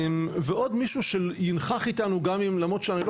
ועוד מישהו שינכח איתנו גם אם למרות שאני לא